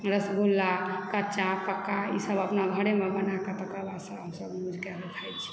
रसगुल्ला कच्चा पक्का ईसभ अपना घरेमे बनाए कऽ तकरा बाद हमसभ यूज कऽ कऽ खाइत छी